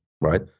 right